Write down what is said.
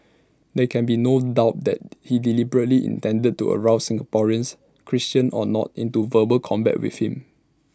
there can be no doubt that he deliberately intended to arouse Singaporeans Christians or not into verbal combat with him